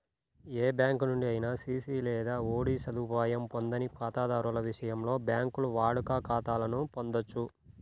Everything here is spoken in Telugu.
ఏ బ్యాంకు నుండి అయినా సిసి లేదా ఓడి సదుపాయం పొందని ఖాతాదారుల విషయంలో, బ్యాంకులు వాడుక ఖాతాలను పొందొచ్చు